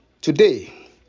Today